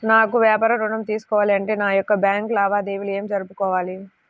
నాకు వ్యాపారం ఋణం తీసుకోవాలి అంటే నా యొక్క బ్యాంకు లావాదేవీలు ఎలా జరుపుకోవాలి?